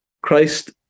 Christ